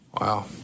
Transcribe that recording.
Wow